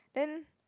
then